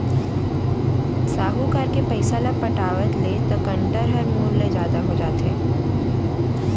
साहूकार के पइसा ल पटावत ले तो कंतर ह मूर ले जादा हो जाथे